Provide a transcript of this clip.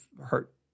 hurt